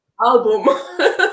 album